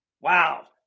wow